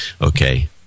okay